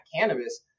cannabis